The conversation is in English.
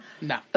No